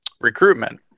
recruitment